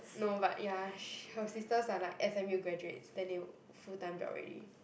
no but ya sh~ her sisters are like s_m_u graduates then they work full time job already